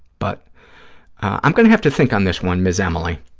but i'm going to have to think on this one, ms. emily.